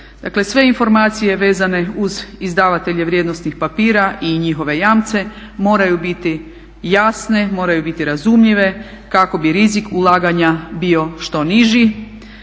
Dakle, sve informacije vezane uz izdavatelje vrijednosnih papira i njihove jamce moraju biti jasne, moraju biti razumljive kako bi rizik ulaganja bio što niži,